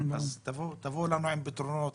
תבואו אלינו עם פתרונות